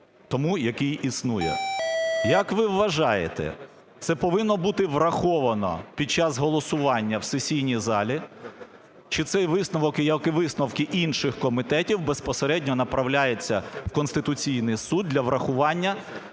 тому, який існує. Як ви вважаєте, це повинно бути враховано під час голосування в сесійній залі, чи це висновок, як і висновки інших комітетів, безпосередньо направляються в Конституційний Суд для врахування